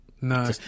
no